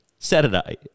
Saturday